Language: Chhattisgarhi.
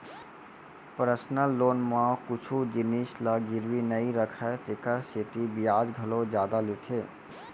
पर्सनल लोन म कुछु जिनिस ल गिरवी नइ राखय तेकर सेती बियाज घलौ जादा लेथे